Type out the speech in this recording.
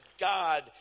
God